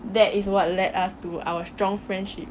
that is what led us to our strong friendship